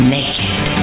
Naked